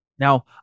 Now